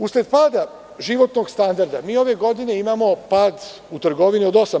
Usled pada životnog standarda, mi ove godine imamo pad u trgovini od 8%